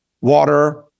water